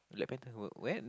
Black Panther wh~ when